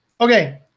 Okay